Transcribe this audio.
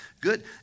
Good